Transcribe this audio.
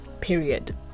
Period